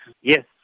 Yes